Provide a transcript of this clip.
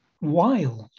wild